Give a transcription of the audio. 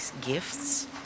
gifts